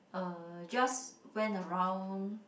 uh just went around